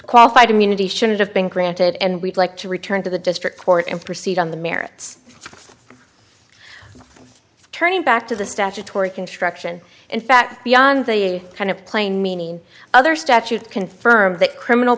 qualified immunity should have been granted and we'd like to return to the district court and proceed on the merits of turning back to the statutory construction in fact beyond the kind of plain meaning in other statute confirm that criminal